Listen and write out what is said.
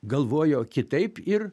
galvojo kitaip ir